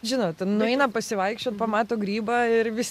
žinot nueina pasivaikščiot pamato grybą ir vis